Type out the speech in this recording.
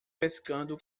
pescando